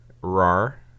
rar